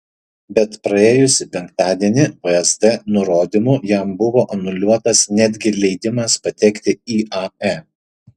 bet praėjusį penktadienį vsd nurodymu jam buvo anuliuotas netgi leidimas patekti į ae